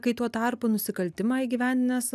kai tuo tarpu nusikaltimą įgyvendinęs